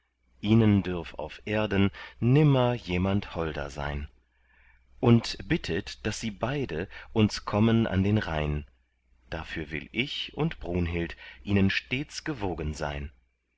ihnen dürf auf erden nimmer jemand holder sein und bittet daß sie beide uns kommen an den rhein dafür will ich und brunhild ihnen stets gewogen sein